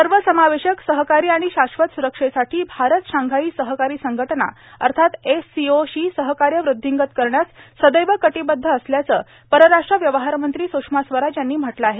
सर्वसमावेशक सहकारी आणि शाश्वत सुरक्षेसाठी भारत शांघाई सहकारी संघटना अर्थात एससीओशी सहकार्य वृद्धिंगत करण्यास सदैव कटिबद्ध असल्याचं परराष्ट्र व्यवहार मंत्री स्रषमा स्वराज यांनी म्हटलं आहे